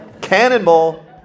Cannonball